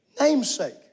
namesake